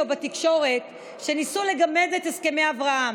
ובתקשורת שניסו לגמד את הסכמי אברהם.